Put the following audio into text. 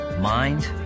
mind